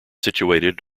situated